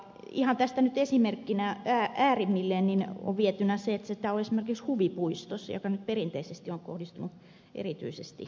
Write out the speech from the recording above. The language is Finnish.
ihan tästä nyt esimerkkinä äärimmilleen on vietynä se että sitä anniskelua on esimerkiksi huvipuistossa joka nyt perinteisesti on kohdistunut erityisesti lapsille